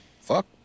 Fuck